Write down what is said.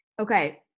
Okay